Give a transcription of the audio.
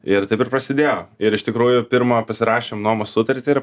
ir taip dabar prasidėjo ir iš tikrųjų pirma pasirašėm nuomos sutartį ir